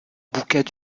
bouquets